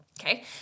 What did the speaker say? Okay